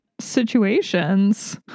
situations